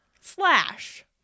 Slash